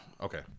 Okay